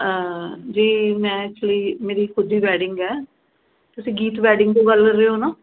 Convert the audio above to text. ਜੀ ਮੈਂ ਐਕਚੁਲੀ ਮੇਰੀ ਖੁਦ ਦੀ ਵੈਡਿੰਗ ਹੈ ਤੁਸੀਂ ਗੀਤ ਵੈਡਿੰਗ ਤੋਂ ਗੱਲ ਕਰ ਰਹੇ ਹੋ ਨਾ